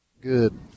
Good